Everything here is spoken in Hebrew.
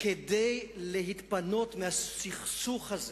כדי להתפנות מהסכסוך הזה,